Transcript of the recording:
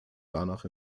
danach